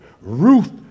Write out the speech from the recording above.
Ruth